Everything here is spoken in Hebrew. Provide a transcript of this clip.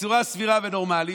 בצורה סבירה ונורמלית,